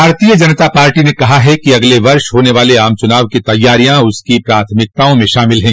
भारतीय जनता पार्टी ने कहा है कि अगले वर्ष होने वाले आम चुनाव की तैयारियां उसकी प्राथमिकताओं में शामिल है